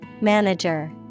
Manager